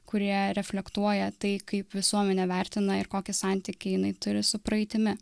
kurie reflektuoja tai kaip visuomenė vertina ir kokį santykį jinai turi su praeitimi